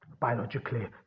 biologically